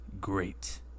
great